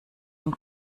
und